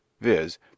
viz